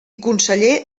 conseller